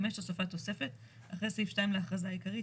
הוספת תוספת אחרי סעיף 2 להכרזה העיקרית